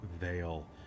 veil